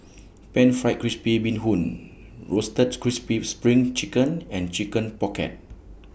Pan Fried Crispy Bee Hoon Roasted Crispy SPRING Chicken and Chicken Pocket